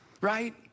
right